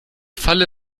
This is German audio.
falle